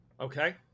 Okay